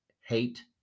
hate